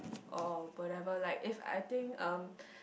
or whatever like if I think um